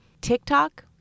TikTok